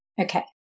Okay